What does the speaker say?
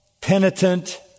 penitent